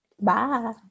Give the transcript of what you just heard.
Bye